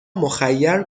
مخیر